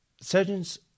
surgeons